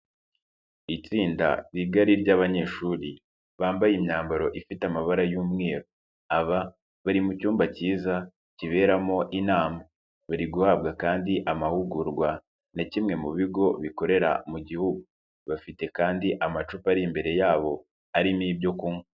itsinda rigari ry'abanyeshuri bambaye imyambaro ifite amabara y'umweru, aba bari mucyumba cyiza kiberamo inama, bari guhabwa kandi amahugurwa na kimwe mu bigo bikorera mu gihugu, bafite kandi amacupa ari imbere yabo arimo ibyo kunywa.